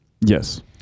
Yes